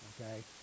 okay